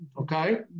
Okay